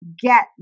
get